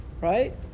right